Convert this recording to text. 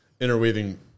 interweaving